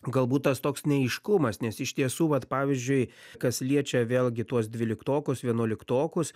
galbūt tas toks neaiškumas nes iš tiesų vat pavyzdžiui kas liečia vėlgi tuos dvyliktokus vienuoliktokus